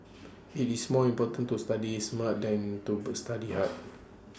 IT is more important to study smart than to study hard